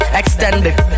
extended